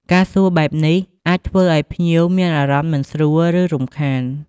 ការសួរបែបនេះអាចធ្វើឱ្យភ្ញៀវមានអារម្មណ៍មិនស្រួល ឬរំខាន។